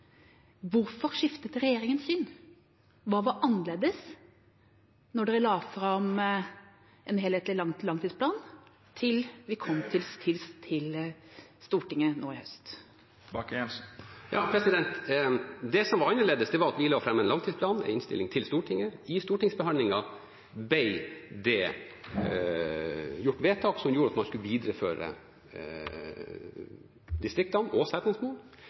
Hvorfor skiftet regjeringa syn? Hva var annerledes da regjeringa la fram en helhetlig langtidsplan i forhold til da dette ble lagt fram for Stortinget nå i høst? Det som var annerledes, var at vi la fram en langtidsplan for Stortinget, og i stortingsbehandlingen ble det gjort vedtak om at man skulle videreføre distriktene og Setnesmoen.